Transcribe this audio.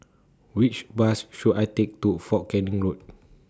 Which Bus should I Take to Fort Canning Road